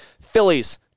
Phillies